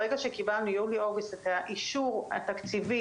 ברגע שקיבלנו ביולי אוגוסט את האישור התקציבי